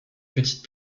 petites